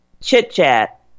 chit-chat